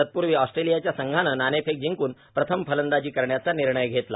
तत्पूर्वी ऑस्ट्रेलियाच्या संघानं नाणेफेक जिंकूण प्रथम फलंदाजी करण्याचा निर्णय घेतला